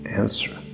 answer